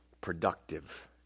productive